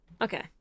okay